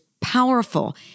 powerful